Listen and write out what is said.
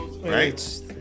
Right